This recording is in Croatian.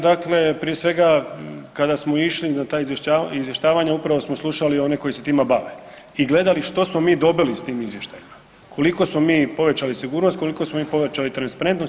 Dakle, prije svega kada smo išli na ta izvještavanja upravo smo slušali one koji se time bave i gledali što smo mi dobili s tim izvještajima, koliko smo mi povećali sigurnost, koliko smo mi povećali transparentnost.